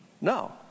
No